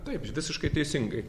taip visiškai teisingai